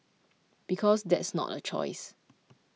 because that's not a choice